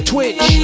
Twitch